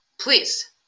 please